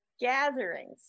gatherings